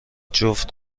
جفت